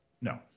No